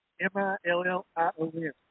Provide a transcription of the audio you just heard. M-I-L-L-I-O-N